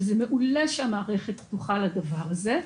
וזה מעולה שהמערכת פתוחה לדבר הזה.